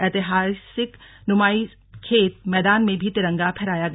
ऐतिहासिक नुमाईखेत मैदान मे भी तिरंगा फहराया गया